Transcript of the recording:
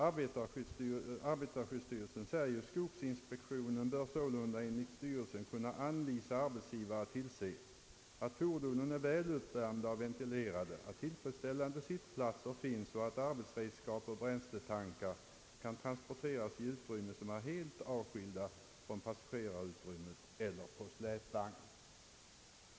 Arbetarskyddsstyrelsen uttalar att skogsyrkesinspektionen enligt styrelsens mening bör kunna anvisa arbetsgivare att tillse, att fordonen är väl uppvärmda och ventilerade, att tillfredsställande sittplatser finns och att arbetsredskap och bränsletankar kan transporteras i utrymme, som är helt avskilt från passagerarutrymmet, eller på släpvagn.